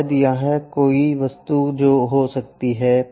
शायद यहां कोई वस्तु हो सकती है